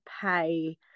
pay